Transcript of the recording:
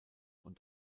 und